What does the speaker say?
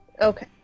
Okay